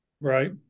Right